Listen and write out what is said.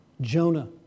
Jonah